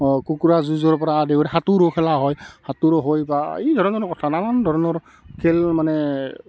অঁ কুকুৰা যুঁজৰ পৰা আদি কৰি সাঁতোৰো খেলা হয় সাঁতোৰো হয় বা এই ধৰণৰ কথা নানান ধৰণৰ খেল মানে